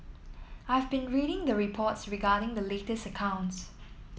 I have been reading the reports regarding the latest accounts